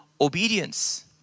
obedience